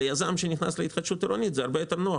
ליזם שנכנס להתחדשות עירונית זה הרבה יותר נוח.